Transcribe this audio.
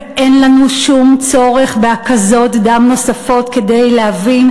ואין לנו שום צורך בהקזות דם נוספות כדי להבין